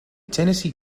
tennessee